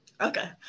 Okay